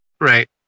Right